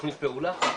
לתוכנית פעולה?